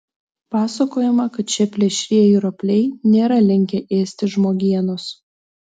pasakojama kad šie plėšrieji ropliai nėra linkę ėsti žmogienos